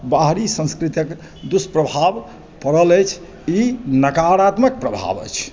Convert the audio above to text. बाहरी सांस्कृतिक दुष्प्रभाव पड़ल अछि ई नकारात्मक प्रभाव अछि